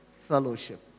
fellowship